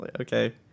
Okay